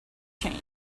change